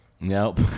Nope